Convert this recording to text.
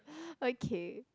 okay